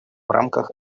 рамках